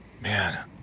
man